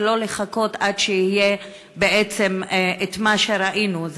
ולא לחכות עד שיהיה בעצם מה שראינו,